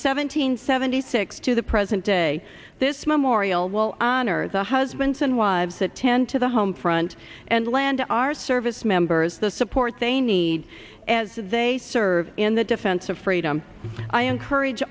hundred seventy six to the present day this memorial will honor the husbands and wives that tend to the home front and land to our service members the support they need as they serve in the defense of freedom i encourage